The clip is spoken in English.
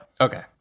Okay